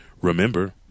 Remember